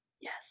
Yes